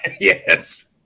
Yes